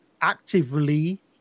actively